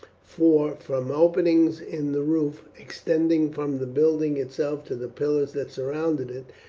for from openings in the roof, extending from the building itself to the pillars that surrounded it,